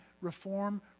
reform